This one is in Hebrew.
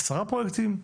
10 פרויקטים,